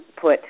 put